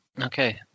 Okay